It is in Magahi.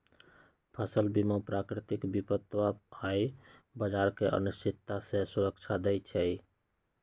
फसल बीमा प्राकृतिक विपत आऽ बाजार के अनिश्चितता से सुरक्षा देँइ छइ